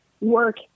work